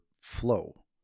flow